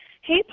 Hey